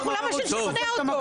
למה שנשכנע אותו?